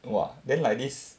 !wah! then like this